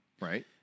Right